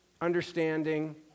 understanding